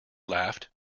laughed